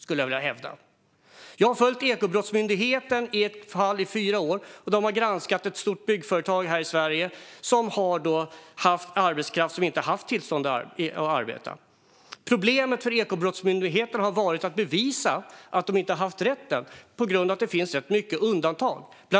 Jag har i fyra år följt Ekobrottsmyndighetens granskning av ett stort svenskt byggföretag som har haft arbetskraft utan tillstånd att arbeta i Sverige. På grund av att det finns så många undantag har Ekobrottsmyndigheten haft problem att visa att dessa inte har haft denna rätt.